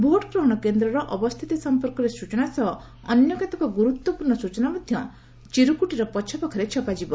vote ଗ୍ରହଣ କେନ୍ଦ୍ରର ଅବସ୍ଥିତି ସମ୍ପର୍କରେ ସ୍ଟଚନା ସହ ଅନ୍ୟ କେତେକ ଗୁରୁତ୍ୱପୂର୍ଣ୍ଣ ସୂଚନା ମଧ୍ୟ ପଛପାଖରେ ଛପା ହେବ